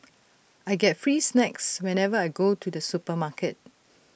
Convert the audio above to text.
I get free snacks whenever I go to the supermarket